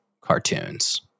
cartoons